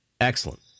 Excellent